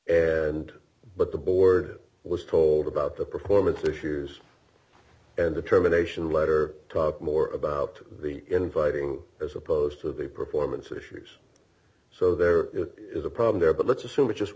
but the board was told about the performance assures and determination letter more about the infighting as opposed to the performance issues so there is a problem there but let's assume that just